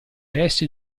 resti